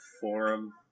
forum